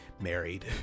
married